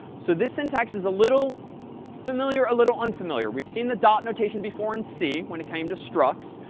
so this syntax is a little familiar, a little unfamiliar. we've seen the dot notation before in c when it came to structs.